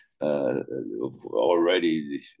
Already